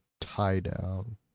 tie-down